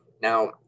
Now